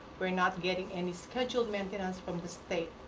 we're not getting any scheduled maintenance from the state.